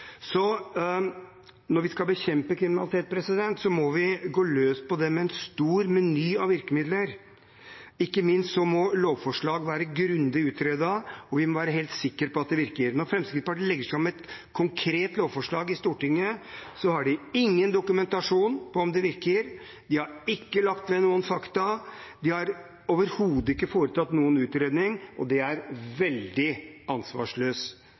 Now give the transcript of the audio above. Når vi skal bekjempe kriminalitet, må vi gå løs på det med en stor meny av virkemidler. Ikke minst må lovforslag være grundig utredet, og vi må være helt sikre på at de virker. Når Fremskrittspartiet legger fram et konkret lovforslag i Stortinget, har de ingen dokumentasjon på at det virker, de har ikke lagt ved noen fakta, og de har overhodet ikke foretatt noen utredning. Det er veldig